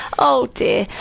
oh dear.